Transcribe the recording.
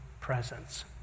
presence